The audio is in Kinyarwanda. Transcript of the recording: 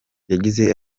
yagize